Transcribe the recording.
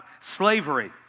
slavery